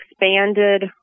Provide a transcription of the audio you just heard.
expanded